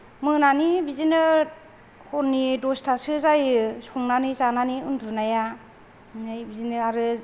मोनानि बिदिनो हरनि दसथासो जायो संनानै जानानै उन्दुनाया नै बिदिनो आरो